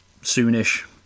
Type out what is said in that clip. soonish